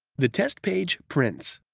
the test page prints.